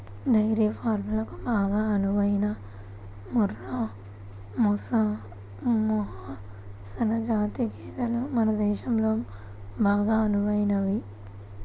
dairy ఫారంలకు బాగా అనువైన ముర్రా, మెహసనా జాతి గేదెలు మన దేశంలో బాగా అనువైనవి